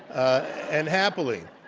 and happily.